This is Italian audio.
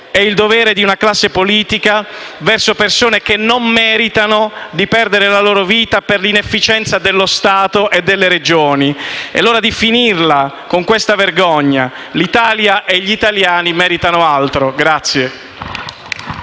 è il dovere di una classe politica verso persone che non meritano di perdere la vita per l'inefficienza dello Stato e delle Regioni. È ora di finirla con questa vergogna: l'Italia e gli italiani meritano altro.